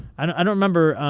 and i don't member